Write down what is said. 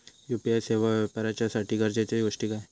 UPI सेवा वापराच्यासाठी गरजेचे गोष्टी काय?